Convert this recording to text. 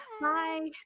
Bye